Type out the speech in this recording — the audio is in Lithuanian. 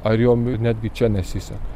ar jom netgi čia nesiseka